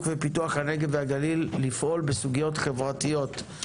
ופיתוח הנגב והגליל לפעול בסוגיות חברתיות.